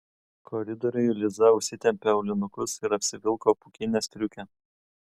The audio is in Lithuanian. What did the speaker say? koridoriuje liza užsitempė aulinukus ir apsivilko pūkinę striukę